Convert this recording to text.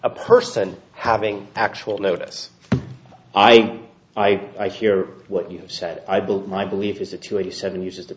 a person having actual notice i i i hear what you have said i built my belief is that to eighty seven uses the